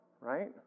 right